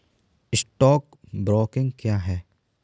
Stock broking क्या है?